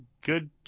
good